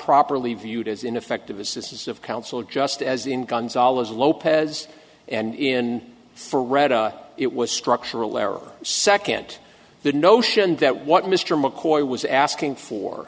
properly viewed as ineffective assistance of counsel just as in gonzalez lopez and in for red it was structural error second the notion that what mr mccoy was asking for